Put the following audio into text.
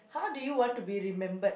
how do you want to be remembered